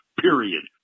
period